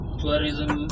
tourism